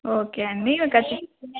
okay అండి ఒకటి